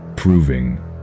Proving